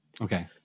Okay